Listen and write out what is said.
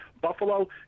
Buffalo